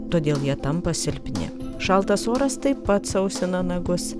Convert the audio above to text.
todėl jie tampa silpni šaltas oras taip pat sausina nagus